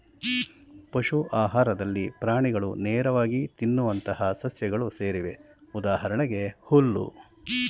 ಪಶು ಆಹಾರದಲ್ಲಿ ಪ್ರಾಣಿಗಳು ನೇರವಾಗಿ ತಿನ್ನುವಂತಹ ಸಸ್ಯಗಳು ಸೇರಿವೆ ಉದಾಹರಣೆಗೆ ಹುಲ್ಲು